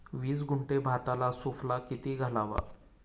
वीस गुंठे भाताला सुफला किती घालावा?